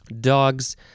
dogs